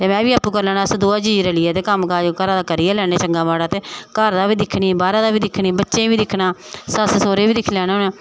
ते में बी आपूं करी लैना ते अस दमें जीव रलियै ते कम्म काज घरा दा करी गै लैन्ने चंगा माड़ा ते घरा दा बी दिक्खनी बाह्रा दा बी दिक्खनी बच्चें गी बी दिक्खना सस्स सौह्रे गी बी दिक्खी लैन्नी